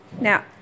Now